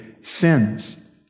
sins